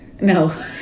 no